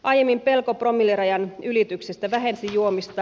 aiemmin pelko promillerajan ylityksestä vähensi juomista